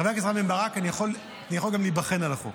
חבר הכנסת רם בן ברק, אני יכול גם להיבחן על החוק.